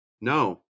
No